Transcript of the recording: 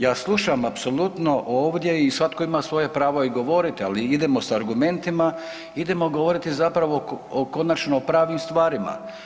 Ja slušam apsolutno ovdje i svatko ima svoje pravo i govoriti, ali idemo sa argumentima, idemo govoriti konačno o pravim stvarima.